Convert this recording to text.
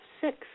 six